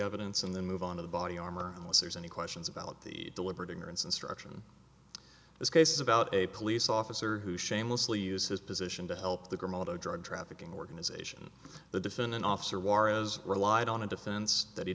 evidence and then move on to the body armor unless there's any questions about the deliberate ignorance instruction this case is about a police officer who shamelessly used his position to help the komodo drug trafficking organization the defendant officer juarez relied on a defense that he